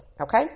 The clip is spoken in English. Okay